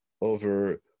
over